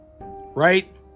Right